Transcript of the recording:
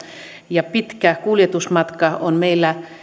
ja pitkä kuljetusmatka on meillä